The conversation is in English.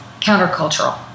countercultural